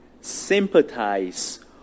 sympathize